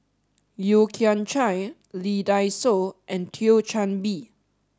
Yeo Kian Chye Lee Dai Soh and Thio Chan Bee